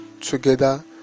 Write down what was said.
together